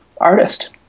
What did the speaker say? artist